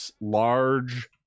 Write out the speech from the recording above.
large